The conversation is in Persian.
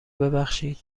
ببخشید